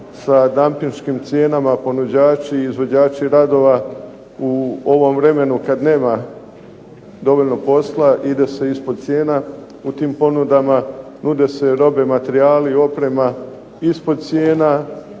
sa dampinškim cijenama ponuđači i izvođači radova u ovom vremenu kada nema dovoljno posla, ide se ispod cijena u tim ponudama, nude se roba, materijali, oprema ispod cijena,